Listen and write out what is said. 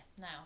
now